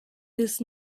his